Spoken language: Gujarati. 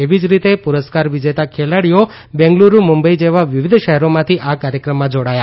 એવી જ રીતે પુરસ્કાર વિજેતા ખેલાડીઓ બેંગલુરૂ મુંબઇ જેવા વિવિધ શહેરોમાંથી આ કાર્યક્રમમાં જોડાયા